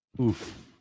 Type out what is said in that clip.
Oof